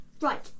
Right